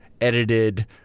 edited